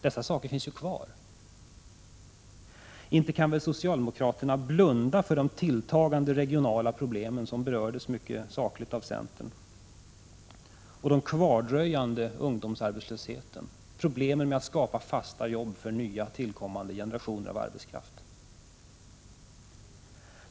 Dessa förhållanden finns ju kvar. - Inte kan väl socialdemokraterna blunda för de tilltagande regionala problem som berördes mycket sakligt av centern och den kvardröjande ungdomsarbetslösheten? Det är ju problem med att skapa fasta jobb för nya, tillkommande generationer av arbetskraft.